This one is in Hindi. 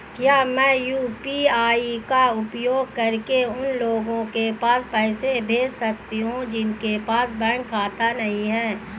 क्या मैं यू.पी.आई का उपयोग करके उन लोगों के पास पैसे भेज सकती हूँ जिनके पास बैंक खाता नहीं है?